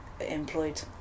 employed